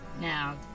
Now